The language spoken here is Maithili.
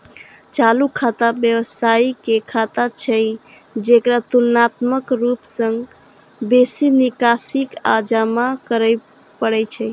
चालू खाता व्यवसायी के खाता छियै, जेकरा तुलनात्मक रूप सं बेसी निकासी आ जमा करै पड़ै छै